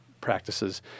practices